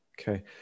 Okay